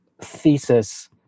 thesis